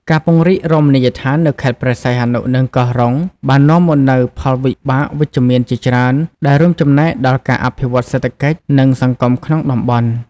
ការពង្រីករមណីយដ្ឋាននៅខេត្តព្រះសីហនុ និងកោះរ៉ុង បាននាំមកនូវផលវិបាកវិជ្ជមានជាច្រើន ដែលរួមចំណែកដល់ការអភិវឌ្ឍសេដ្ឋកិច្ច និងសង្គមក្នុងតំបន់។